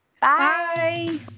Bye